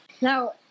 Now